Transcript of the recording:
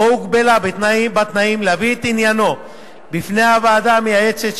או הוגבלה בתנאים להביא את עניינו בפני הוועדה המייעצת,